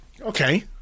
Okay